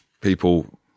people